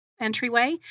entryway